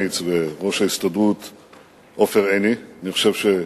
אדוני היושב-ראש,